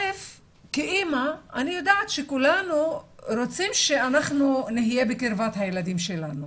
כאימא אני יודעת שכולנו רוצים שאנחנו נהיה בקרבת הילדים שלנו.